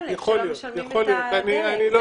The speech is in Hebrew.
300,000 עליהם דיברת קודם לכן.